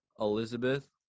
Elizabeth